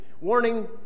Warning